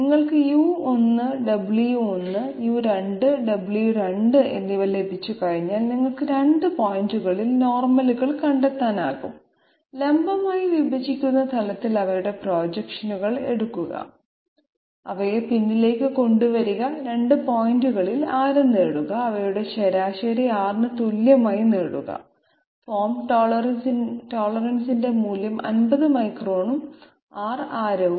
നിങ്ങൾക്ക് u1 w1 u2 w2 എന്നിവ ലഭിച്ചുകഴിഞ്ഞാൽ നിങ്ങൾക്ക് 2 പോയിന്റുകളിൽ നോർമലുകൾ കണ്ടെത്താനാകും ലംബമായി വിഭജിക്കുന്ന തലത്തിൽ അവയുടെ പ്രൊജക്ഷനുകൾ എടുക്കുക അവയെ പിന്നിലേക്ക് കൊണ്ടുവരിക 2 പോയിന്റുകളിൽ ആരം നേടുക അവയുടെ ശരാശരി R ന് തുല്യമായി നേടുക ഫോം ടോളറൻസിന്റെ മൂല്യം 50 മൈക്രോണും R ആരവും